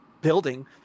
building